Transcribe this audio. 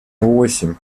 восемь